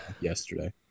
yesterday